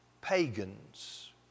pagans